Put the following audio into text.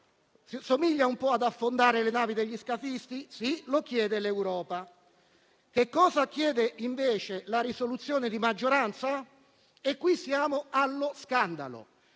Somiglia un po' ad affondare le navi degli scafisti? Sì, e lo chiede l'Europa. Che cosa chiede, invece, la risoluzione di maggioranza? E qui siamo allo scandalo!